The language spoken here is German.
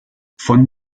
von